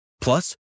plus